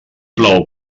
plou